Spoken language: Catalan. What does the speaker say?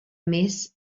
més